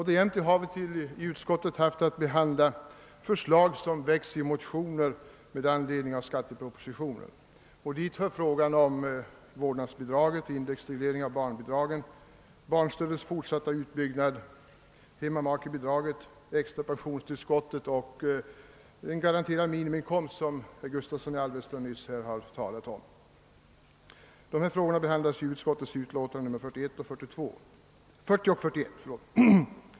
Därtill har vi i utskottet haft att behandla förslag som väckts i motioner med anledning av skattepropositionen. Dit hör frågorna om vårdnadsbidraget, indexreglering av barnbidragen, barnstödets fortsatta utbyggnad, hemmamakebidraget, det extra pensionstillskottet och en garanterad minimiinkomst. Dessa frågor behandlas i andra lagutskottets utlåtanden nr 40 och 41.